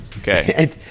Okay